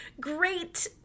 great